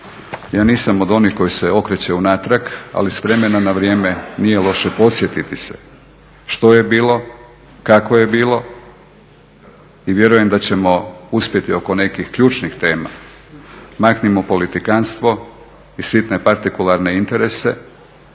ja nisam od onih koji se okreće unatrag, ali s vremena na vrijeme nije loše podsjetiti se što je bilo, kako je bilo i vjerujem da ćemo uspjeti oko nekih ključnih tema. Maknimo politikanstvo i sitne partikularne interese,